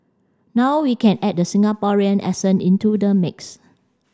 now we can add the Singaporean accent into the mix